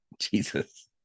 jesus